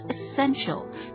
essential